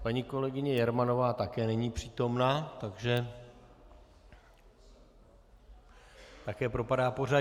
Paní kolegyně Jermanová tady není přítomna, takže také propadá pořadí.